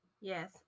Yes